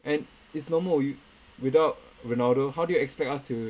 and it's normal you~ without ronaldo how do you expect us to